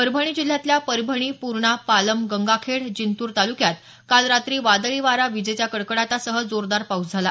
परभणी जिल्ह्यातल्या परभणी पूर्णा पालम गंगाखेड जिंतूर तालुक्यात काल रात्री वादळी वारा विजेच्या कडकडाटासह जोरदार पाऊस झाला